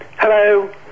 Hello